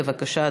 בבקשה,